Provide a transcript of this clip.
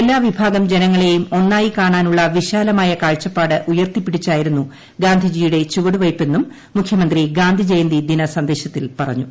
എല്ലാ വിഭാഗം ജനങ്ങളേയും ഒന്നായി കാണാനുള്ള വിശാലമായ കാഴ്ചപ്പാട് ഉയർത്തിപ്പിടിച്ചായിരുന്നു ഗാന്ധിജിയുടെ ചുവടുവയ്പ്പെന്നും മുഖ്യമന്ത്രി ഗാന്ധിജയന്തി ദിന സന്ദേശത്തിൽ പറഞ്ഞു